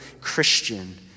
Christian